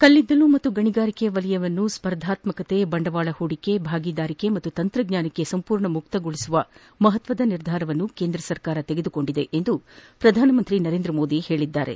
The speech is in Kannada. ಕಲ್ಲಿದ್ದಲು ಮತ್ತು ಗಣಿಗಾರಿಕೆ ವಲಯವನ್ನು ಸ್ಪರ್ಧಾತ್ಸಕತೆ ಬಂಡವಾಳ ಹೂಡಿಕೆ ಭಾಗೀದಾರಿಕೆ ಮತ್ತು ತಂತ್ರಜ್ವಾನಕ್ಕೆ ಸಂಪೂರ್ಣ ಮುಕ್ತಗೊಳಿಸುವ ಮಹತ್ವದ ನಿರ್ಧಾರವನ್ನು ತೆಗೆದುಕೊಳ್ಳಲಾಗಿದೆ ಎಂದು ಶ್ರಧಾನಮಂತ್ರಿ ನರೇಂದ್ರ ಮೋದಿ ಹೇಳಿದ್ದಾರೆ